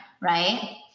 right